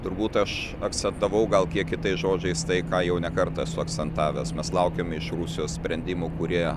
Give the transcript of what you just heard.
turbūt aš akcentavau gal kiek kitais žodžiais tai ką jau ne kartą esu akcentavęs mes laukiame iš rusijos sprendimų kurie